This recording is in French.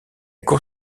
cour